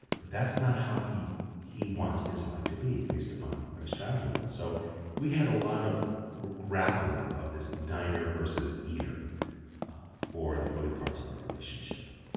but that's not how he he wanted his life to be based upon what his childhood was. so we had a lot of grappling of this diner versus eater for the early parts of our relationship